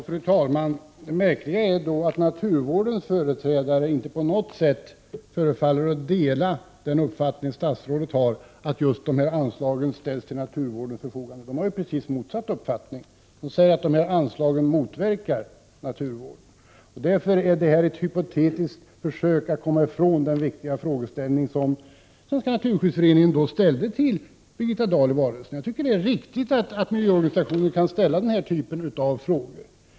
Fru talman! Det märkliga är att naturvårdens företrädare inte förefaller dela statsrådets uppfattning att detta anslag ställs till naturvårdens förfogande. De har precis motsatt uppfattning. De säger att detta anslag motverkar naturvården. Detta är ett hypotetiskt försök att komma ifrån den viktiga fråga som Svenska naturskyddsföreningen ställde till Birgitta Dahl i valrörelsen. Jag tycker det är riktigt att miljöorganisationer kan ställa denna typ av frågor.